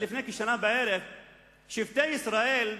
שבטי ישראל,